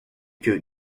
que